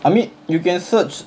I mean you can search